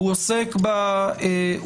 הוא עוסק בעובדה,